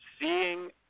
seeing